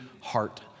heart